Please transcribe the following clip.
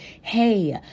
Hey